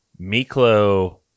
Miklo